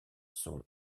sont